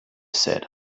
said